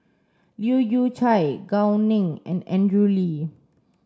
Leu Yew Chye Gao Ning and Andrew Lee